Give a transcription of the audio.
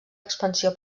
expansió